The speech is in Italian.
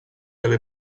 alle